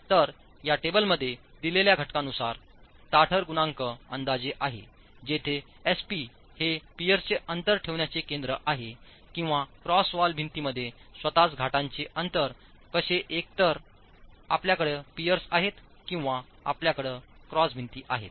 तर या टेबलमध्ये दिलेल्या घटकानुसार ताठर गुणांक अंदाजे आहे जेथेएसपी हेपियरचेअंतर ठेवण्याचे केंद्र आहे किंवा क्रॉस वाल भिंतीमध्ये स्वतःच घाटांचे अंतर कसे एकतर आपल्याकडे पिअर्स आहेत किंवा आपल्याकडे क्रॉस भिंती आहेत